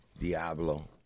Diablo